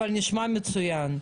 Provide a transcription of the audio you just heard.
אבל נשמע מצוין.